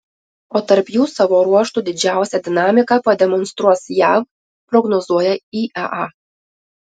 o tarp jų savo ruožtu didžiausią dinamiką pademonstruos jav prognozuoja iea